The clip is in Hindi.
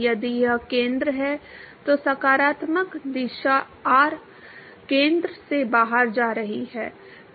यदि यह केंद्र है तो सकारात्मक r दिशा केंद्र से बाहर जा रही है